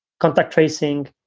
contact tracing,